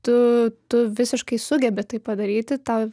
tu tu visiškai sugebi tai padaryti tau